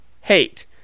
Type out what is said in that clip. Hate